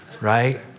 Right